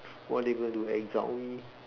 what are they gonna do exile me